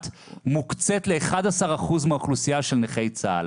מוקצים ל-11% מהאוכלוסייה של נכי צה"ל,